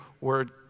word